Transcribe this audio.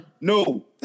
No